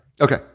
Okay